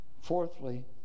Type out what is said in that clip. Fourthly